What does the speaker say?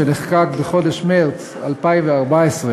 שנחקק בחודש מרס 2014,